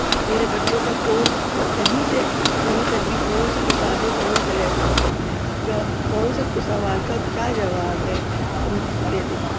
پورے بچوں کا کورس کہیں سے کہیں تک بھی کون سی کتاب میں کون سے لیسن میں کون سے سوال کا کیا جواب ہے ہم